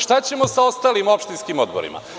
Šta ćemo sa ostalim opštinskim odborima?